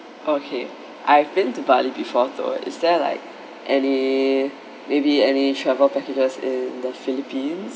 okay I've been to bali before so is there like any maybe any travel packages in the philippines